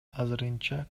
азырынча